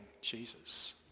Jesus